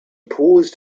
paused